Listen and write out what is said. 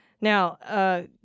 Now